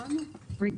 הישיבה ננעלה בשעה